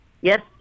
Yes